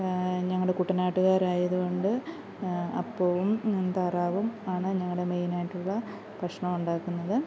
ഞങ്ങളുടെ കുട്ടനാട്ടുകാരായത് കൊണ്ട് അപ്പവും താറാവും ആണ് ഞങ്ങളുടെ മെയിനായിട്ടുള്ള ഭക്ഷണം ഉണ്ടാക്കുന്നത്